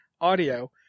audio